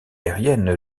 aérienne